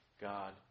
God